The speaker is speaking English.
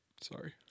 sorry